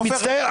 אני מצטער.